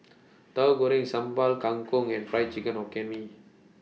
Tahu Goreng Sambal Kangkong and Fried Hokkien Mee